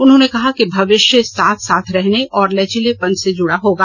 उन्होंने कहा कि भविष्य साथ साथ रहने और लचीलेपन से जुडा होगा